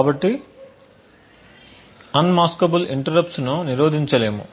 కాబట్టి unmaskable interrupts ను నిరోధించలేము